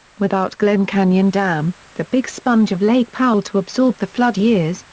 without glen canyon dam, the big sponge of lake powell to absorb the flood years,